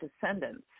descendants